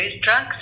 drugs